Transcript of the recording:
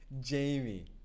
Jamie